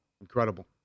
Incredible